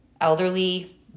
Elderly